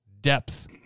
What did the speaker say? depth